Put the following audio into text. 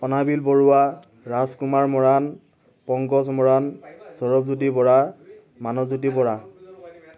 অনাবিল বৰুৱা ৰাজকুমাৰ মৰাণ পংকজ মৰাণ সৌৰভজ্যোতি বৰা মানসজ্যোতি বৰা